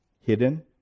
hidden